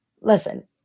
Listen